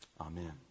Amen